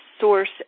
source